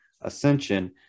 ascension